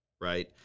right